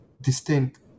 distinct